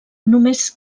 només